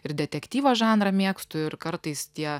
ir detektyvo žanrą mėgstu ir kartais tie